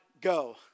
go